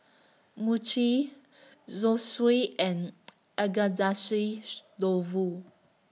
Mochi Zosui and Dofu